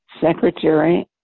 Secretary